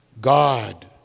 God